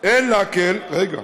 רגע,